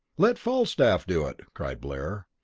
let falstaff do it! cried blair.